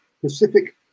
Pacific